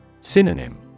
Synonym